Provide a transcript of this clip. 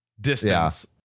distance